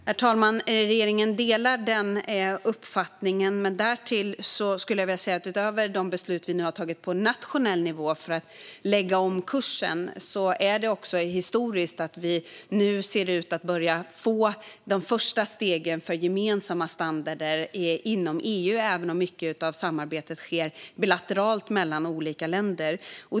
Herr talman! Regeringen delar den uppfattningen. Men därtill skulle jag vilja säga att utöver de beslut som vi nu har tagit på nationell nivå för att lägga om kursen är det också historiskt att vi nu ser ut att börja få de första stegen för gemensamma standarder inom EU, även om mycket av samarbetet sker bilateralt mellan olika länder.